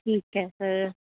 ਠੀਕ ਹੈ ਸਰ